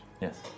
Yes